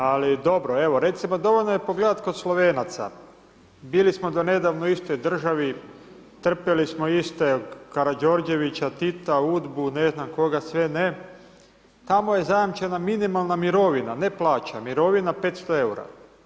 Ali dobro, evo recimo dovoljno je pogledat kod Slovenaca, bili smo do nedavno u istoj državi, trpjeli smo iste Karađorđevića, Tita, UDBU, ne znam koga sve ne, tamo je zajamčena minimalna mirovina, ne plaća, mirovina 500 EUR-a.